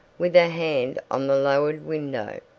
with her hand on the lowered window,